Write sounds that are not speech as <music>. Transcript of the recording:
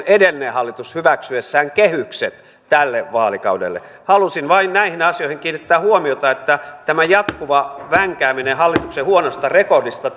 <unintelligible> edellinen hallitus hyväksyessään kehykset tälle vaalikaudelle halusin vain näihin asioihin kiinnittää huomiota että tämä jatkuva vänkääminen hallituksen huonosta rekordista <unintelligible>